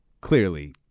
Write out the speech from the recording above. Clearly